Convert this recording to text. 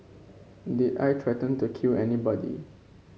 did I threaten to kill anybody